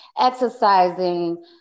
exercising